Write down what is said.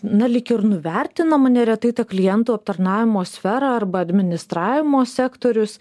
na lyg ir nuvertinama neretai ta klientų aptarnavimo sfera arba administravimo sektorius